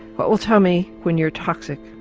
what will tell me when you're toxic?